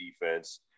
defense